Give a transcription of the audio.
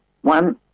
one